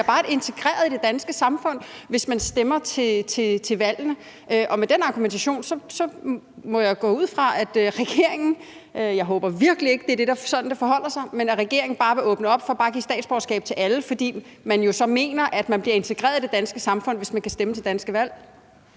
bare bliver integreret i det danske samfund, hvis man stemmer til valgene. Og med den argumentation må jeg gå ud fra, at regeringen – jeg håber virkelig ikke, det er sådan, det forholder sig – vil åbne op for bare at give statsborgerskab til alle, fordi man jo så mener, at man bliver integreret i det danske samfund, hvis man kan stemme til danske valg.